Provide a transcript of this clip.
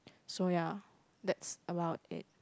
so ya that's about it